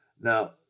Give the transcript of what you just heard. Now